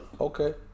Okay